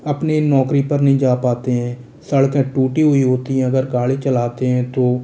अपनी नौकरी पर नहीं जा पाते हैं सड़के टूटी हुई होती हैं अगर गाड़ी चलाते हैं तो